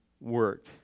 work